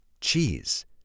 cheese